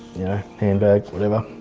you know, handbag, whatever,